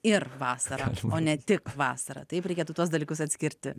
ir vasarą o ne tik vasarą taip reikėtų tuos dalykus atskirti